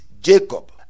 jacob